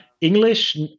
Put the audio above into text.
English